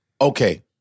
Okay